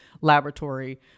laboratory